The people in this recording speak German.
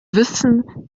wissen